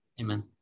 amen